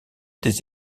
des